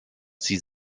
sie